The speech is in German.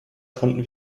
konnten